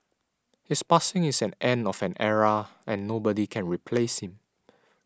his passing is an end of an era and nobody can replace him